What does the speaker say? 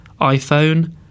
iPhone